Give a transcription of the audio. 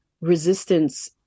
resistance